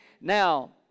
Now